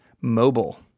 Mobile